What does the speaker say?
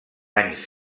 anys